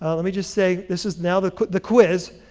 let me just say this is now the the quiz,